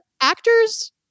Actors